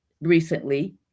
recently